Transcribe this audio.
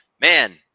man